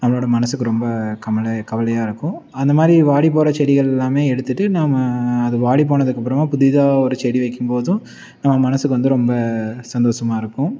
நம்மளோடய மனசுக்கு ரொம்ப கமல கவலையாக இருக்கும் அந்த மாதிரி வாடி போகிற செடிகள் எல்லாம் எடுத்துகிட்டு நாம அது வாடி போனதுக்கப்புறமா புதிதாக ஒரு செடி வைக்கும் போதும் நம்ம மனதுக்கு வந்து ரொம்ப சந்தோஷமாக இருக்கும்